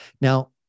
Now